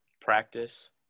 practice